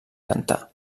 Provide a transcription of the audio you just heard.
cantar